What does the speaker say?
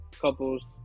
couples